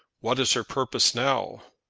what is her purpose now?